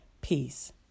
peace